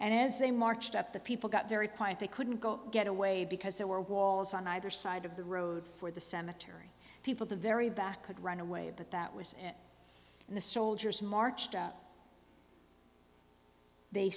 and as they marched up the people got very quiet they couldn't go get away because there were walls on either side of the road for the cemetery people the very back could run away but that was and the soldiers marched out they